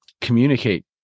communicate